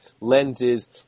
lenses